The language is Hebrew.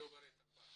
את הדוברת הבאה.